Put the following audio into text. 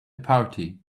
party